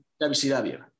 WCW